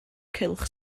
cylch